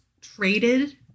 traded